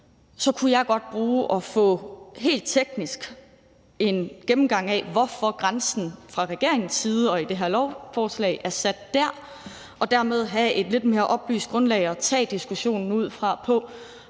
op, kunne jeg godt bruge at få en helt teknisk gennemgang af, hvorfor grænsen fra regeringens side og i det her lovforslag er sat dér, og derved få et lidt mere oplyst grundlag at tage diskussionen på,